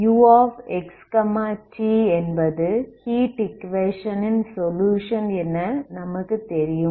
uxt என்பது heat equation ன் solution என நமக்கு தெரியும்